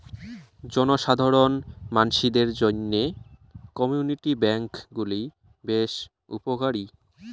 জনসাধারণ মানসিদের জইন্যে কমিউনিটি ব্যাঙ্ক গুলি বেশ উপকারী